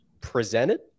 presented